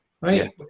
right